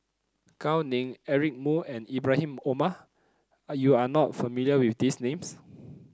Gao Ning Eric Moo and Ibrahim Omar are you are not familiar with these names